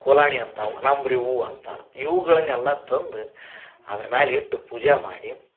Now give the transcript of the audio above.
ಕೊಲಾಣಿ ಅಂತ ಒಣಬ್ರಿ ಹೂ ಅಂತ ಇವುಗಳನ್ನೆಲ್ಲ ತಂದ ಅದರ ಮ್ಯಾಲ ಇಟ್ಟು ಪೂಜೆ ಮಾಡಿ